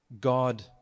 God